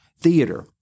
theater